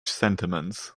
sentiments